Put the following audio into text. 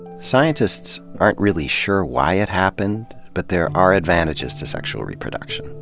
scientists aren't really sure why it happened, but there are advantages to sexual reproduction.